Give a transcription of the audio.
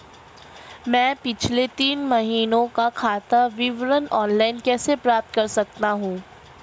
मैं पिछले तीन महीनों का खाता विवरण ऑनलाइन कैसे प्राप्त कर सकता हूं?